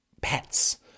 pets